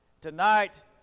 Tonight